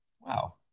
Wow